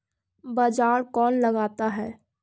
बाजार कौन लगाता है?